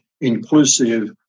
inclusive